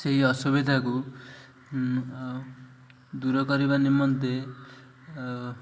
ସେଇ ଅସୁବିଧାକୁ ଦୂର କରିବା ନିମନ୍ତେ